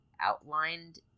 outlined